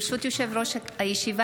ברשות יושב-ראש הישיבה,